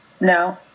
No